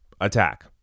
attack